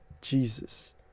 Jesus